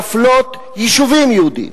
להפלות יישובים יהודיים,